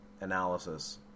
analysis